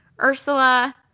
Ursula